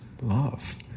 love